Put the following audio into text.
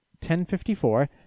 1054